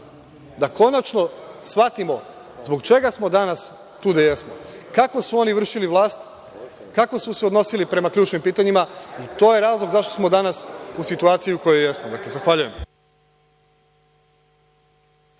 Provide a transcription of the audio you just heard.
da konačno shvatimo zbog čega smo danas tu gde jesmo, kako su oni vršili vlast, kako su se odnosili prema ključnim pitanjima i to je razlog zašto smo danas u situaciji u kojoj jesmo. Zahvaljujem.